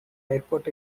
airport